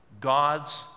God's